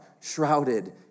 shrouded